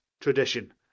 tradition